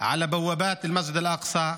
של מסגד אל-אקצא,